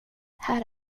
här